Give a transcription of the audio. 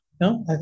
no